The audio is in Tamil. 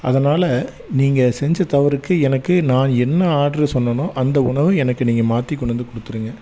அதனாலே நீங்கள் செஞ்ச தவறுக்கு எனக்கு நான் என்ன ஆட்ரு சொன்னேனோ அந்த உணவு எனக்கு நீங்க மாற்றிக் கொண்டு வந்து கொடுத்துருங்க